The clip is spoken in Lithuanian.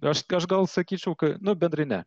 nors gal sakyčiau ka nu bendrai ne